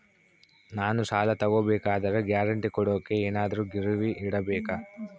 ನಾನು ಸಾಲ ತಗೋಬೇಕಾದರೆ ಗ್ಯಾರಂಟಿ ಕೊಡೋಕೆ ಏನಾದ್ರೂ ಗಿರಿವಿ ಇಡಬೇಕಾ?